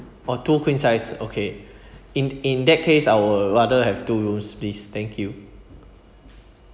orh two queen-size okay in in that case I will rather have two rooms please thank you